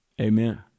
Amen